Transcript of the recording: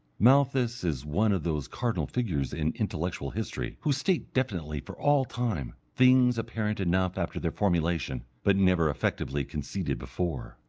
malthus is one of those cardinal figures in intellectual history who state definitely for all time, things apparent enough after their formulation, but never effectively conceded before.